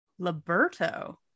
liberto